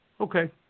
Okay